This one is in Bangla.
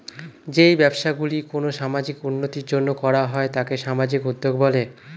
যেই ব্যবসাগুলি কোনো সামাজিক উন্নতির জন্য করা হয় তাকে সামাজিক উদ্যোগ বলে